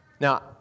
Now